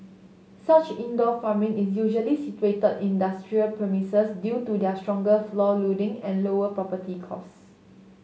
such indoor farming is usually situated in industrial premises due to their stronger floor loading and lower property costs